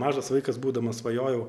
mažas vaikas būdamas svajojau